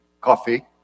Coffee